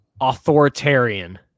Authoritarian